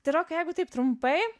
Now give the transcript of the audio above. tai rokai jeigu taip trumpai